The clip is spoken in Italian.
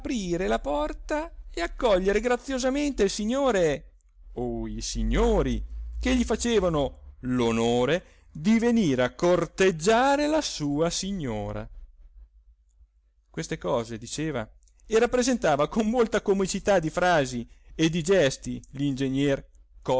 la porta e accogliere graziosamente il signore o i signori che gli facevano l'onore di venire a corteggiare la sua signora queste cose diceva e rappresentava con molta comicità di frasi e di gesti l'ingegner